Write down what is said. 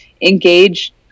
engage